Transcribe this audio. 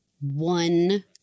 One